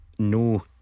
No